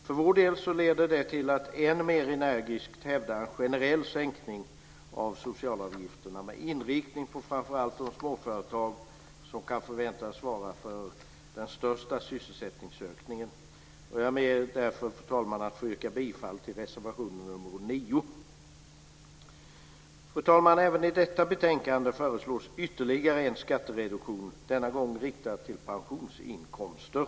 För vår del leder det till att än mer energiskt hävda en generell sänkning av socialavgifterna med inriktning på framför allt småföretag, vilka kan förväntas svara för den största sysselsättningsökningar. Jag ber därför, fru talman, att få yrka bifall till reservation Fru talman! I detta betänkande föreslås ytterligare en skattereduktion, denna gång riktad mot pensionsinkomster.